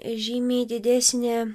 žymiai didesnė